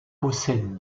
possède